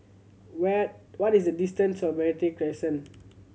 where what is the distance to Meranti Crescent